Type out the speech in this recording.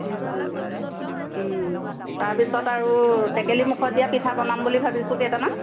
তাৰপিছত আৰু টেকেলি মুখত দিয়া পিঠা বনাম বুলি ভাবিছোঁ কেইটামান